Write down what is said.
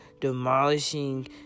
demolishing